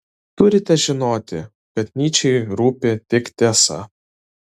turite žinoti kad nyčei rūpi tik tiesa